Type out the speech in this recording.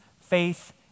faith